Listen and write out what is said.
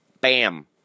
Bam